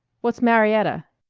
what's marietta?